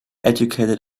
educated